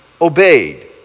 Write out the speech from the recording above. obeyed